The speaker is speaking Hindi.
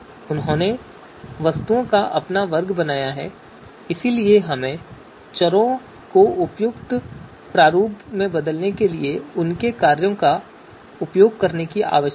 उन्होंने वस्तुओं का अपना वर्ग बनाया है इसलिए हमें चरों को उपयुक्त प्रारूप में बदलने के लिए उनके कार्यों का उपयोग करने की आवश्यकता है